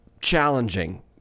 challenging